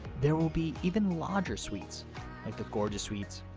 there will be even larger suites like the gorgeous suites,